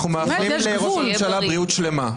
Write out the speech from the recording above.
חס וחלילה, אנחנו מאחלים לראש הממשלה בריאות שלמה.